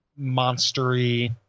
monstery